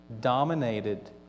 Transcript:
dominated